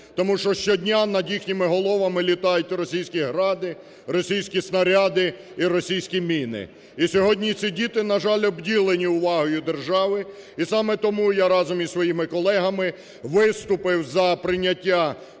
тому що щодня над їхніми головами літають російські "Гради", російські снаряди і російські міни. І сьогодні ці діти, на жаль, обділені увагою держави і саме тому я разом із своїми колегами виступив за прийняття